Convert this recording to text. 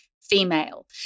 female